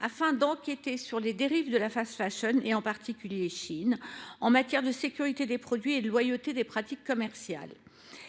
afin d’enquêter sur les dérives de la, en particulier sur Shein, en matière de sécurité des produits et de loyauté des pratiques commerciales.